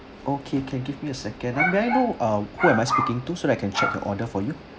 okay can give me a second ah may I know uh who am I speaking to so that I can check the order for you